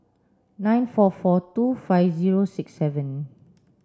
nine four four two five zero six seven